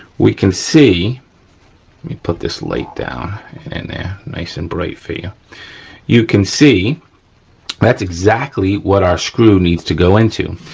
we can see, let me put this light down in there, nice and bright for you. you can see that's exactly what our screw needs to go into.